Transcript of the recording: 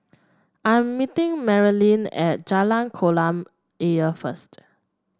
I'm meeting Marylin at Jalan Kolam Ayer first